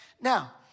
Now